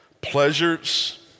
pleasures